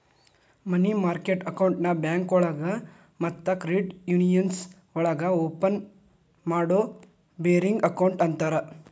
ಮನಿ market ಅಕೌಂಟ್ನ ಬ್ಯಾಂಕೋಳಗ ಮತ್ತ ಕ್ರೆಡಿಟ್ ಯೂನಿಯನ್ಸ್ ಒಳಗ ಓಪನ್ ಮಾಡೋ ಬೇರಿಂಗ್ ಅಕೌಂಟ್ ಅಂತರ